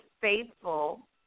faithful